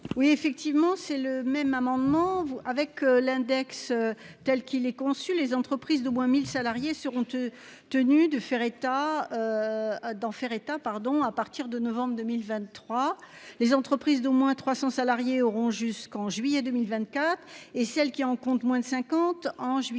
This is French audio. Oui effectivement, c'est le même amendement avec l'index telle qu'il est conçu, les entreprises d'au moins 1000 salariés seront eux tenus de faire état. D'en faire état pardon à partir de novembre 2023. Les entreprises d'au moins 300 salariés auront jusqu'en juillet 2024 et celles qui en compte moins de 50 en juillet 2025.